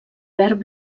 verd